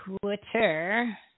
Twitter